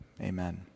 Amen